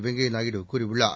வெங்கய்யாநாயுடு கூறியுள்ளார்